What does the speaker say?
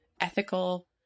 ethical